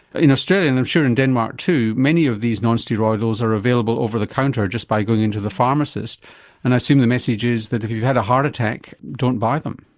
in australia and i'm sure in denmark too many of these non-steroidals are available over the counter just by going into the pharmacist and i assume the message is that if you've had a heart attack don't buy them.